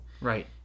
Right